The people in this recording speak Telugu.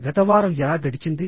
గత వారం ఎలా గడిచింది